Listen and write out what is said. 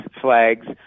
flags